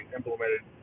implemented